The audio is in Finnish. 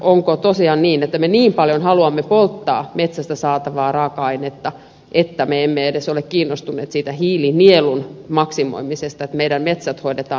onko tosiaan niin että me niin paljon haluamme polttaa metsästä saatavaa raaka ainetta että me emme edes ole kiinnostuneet hiilinielun maksimoimisesta että meidän metsämme hoidetaan oikein